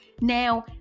Now